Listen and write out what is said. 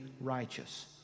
righteous